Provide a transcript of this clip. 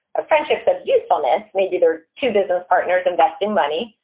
ah friendships of usefulness. maybe they're two business partners investing money.